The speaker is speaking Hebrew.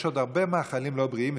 יש עוד הרבה מאכלים לא בריאים,